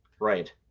Right